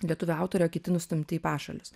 lietuvių autoriai o kiti nustumti į pašalius